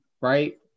right